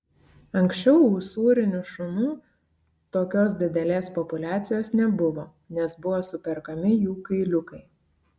anksčiau usūrinių šunų tokios didelės populiacijos nebuvo nes buvo superkami jų kailiukai